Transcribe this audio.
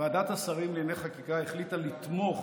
ועדת השרים לענייני חקיקה החליטה לתמוך